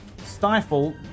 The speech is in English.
Stifle